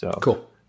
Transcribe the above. Cool